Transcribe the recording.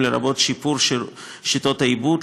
לרבות שיפור שיטות העיבוד,